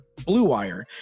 BLUEWIRE